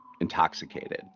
intoxicated